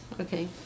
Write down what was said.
Okay